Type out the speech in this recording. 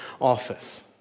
office